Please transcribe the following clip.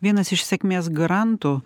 vienas iš sėkmės garantų